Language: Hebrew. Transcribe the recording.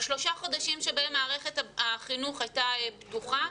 בשלושת החודשים בהם מערכת החינוך הייתה פתוחה,